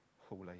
holy